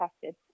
tested